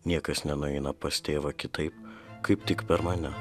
niekas nenueina pas tėvą kitaip kaip tik per mane